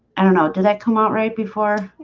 i don't know does that come out right before?